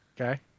okay